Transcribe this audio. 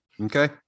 okay